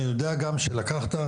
אני יודע גם שלקחת,